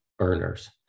earners